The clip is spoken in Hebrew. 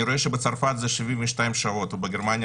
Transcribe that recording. אני רואה שבצרפת זה 72 שעות ובגרמניה